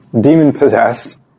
demon-possessed